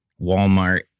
Walmart